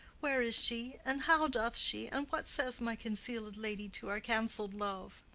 where is she? and how doth she! and what says my conceal'd lady to our cancell'd love?